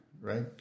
right